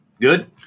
Good